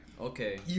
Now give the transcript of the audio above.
Okay